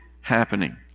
happening